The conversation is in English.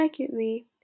Secondly